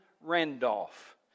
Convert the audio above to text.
Randolph